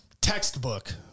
textbook